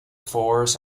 fours